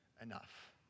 enough